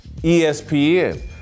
ESPN